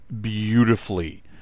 beautifully